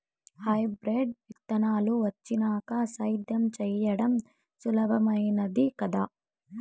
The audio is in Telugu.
హైబ్రిడ్ విత్తనాలు వచ్చినాక సేద్యం చెయ్యడం సులభామైనాది కదా